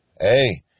Hey